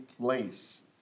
place